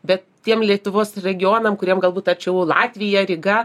bet tiems lietuvos regionams kuriem galbūt arčiau latvija ryga